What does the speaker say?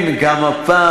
ולכן גם הפעם,